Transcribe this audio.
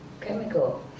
chemical